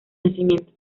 nacimiento